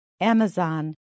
Amazon